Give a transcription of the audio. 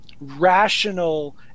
rational